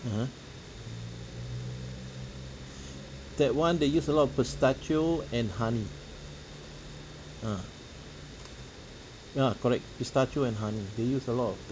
(uh huh) that one they use a lot of pistachio and honey ah ya correct pistachio and honey they use a lot of